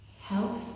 health